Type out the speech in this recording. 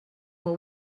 will